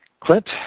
Clint